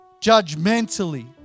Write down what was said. judgmentally